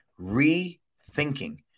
rethinking